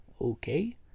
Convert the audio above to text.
Okay